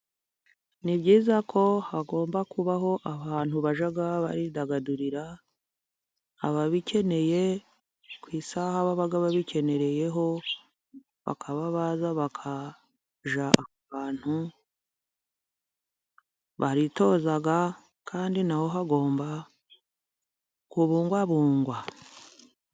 Ni byiza ko hagomba kubaho ahantu bajya bidagadurira, ababikeneye ku isaha baba babikenereyeho, bakaba baza bakajya ahantu bitoza, kandi naho hagomba kubungwabungwa.